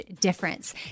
difference